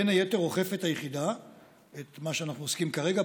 בין היתר אוכפת היחידה את מה שאנחנו עוסקים בו כרגע,